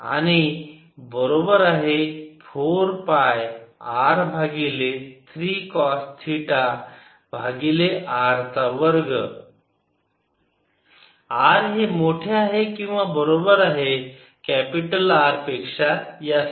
आणि बरोबर आहे 4 पाय R भागिले 3 कॉस थिटा भागिले r चा वर्ग r हे मोठे आहे किंवा बरोबर आहे कॅपिटल R पेक्षा यासाठी